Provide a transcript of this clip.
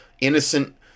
innocent